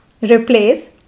Replace